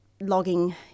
logging